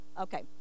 okay